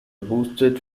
boosted